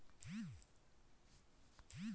मंडवे की कटाई के लिए उपयुक्त औज़ार क्या क्या हैं?